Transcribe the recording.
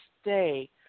stay